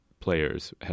players